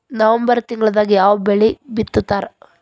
November ತಿಂಗಳದಾಗ ಯಾವ ಬೆಳಿ ಬಿತ್ತತಾರ?